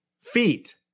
Feet